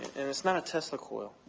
and it's not a tesla coil.